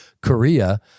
korea